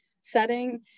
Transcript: setting